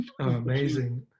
Amazing